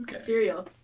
Cereal